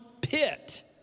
pit